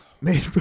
made